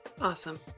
awesome